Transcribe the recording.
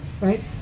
right